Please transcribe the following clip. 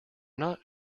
not